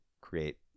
create